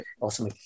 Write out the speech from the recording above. Awesome